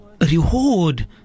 reward